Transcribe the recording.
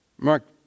Mark